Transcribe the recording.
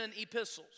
epistles